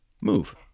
move